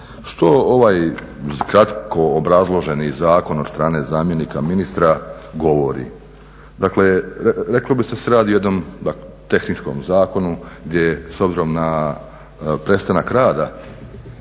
Što ovaj kratko obrazloženi zakon od strane zamjenika ministra govori? Dakle reklo bi da se radi o jednom tehničkom zakonu gdje s obzirom na prestanak rada